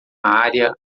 área